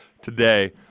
today